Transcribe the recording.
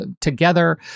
together